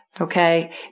Okay